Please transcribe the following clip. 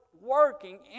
working